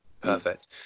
Perfect